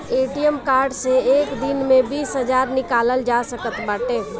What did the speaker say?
ATM card से एक दिन में बीस हजार निकालल जा सकत बाटे